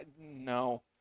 no